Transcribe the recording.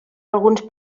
alguns